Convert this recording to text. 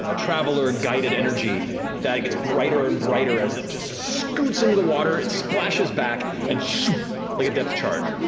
ah traveler-guided energy that gets brighter and brighter as it just scoots into the water. it splashes back and like a depth charge,